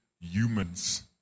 humans